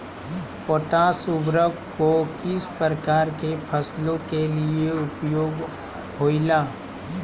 Potash उर्वरक को किस प्रकार के फसलों के लिए उपयोग होईला?